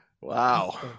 wow